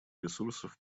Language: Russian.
ресурсов